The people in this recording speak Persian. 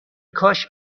کاش